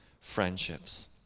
friendships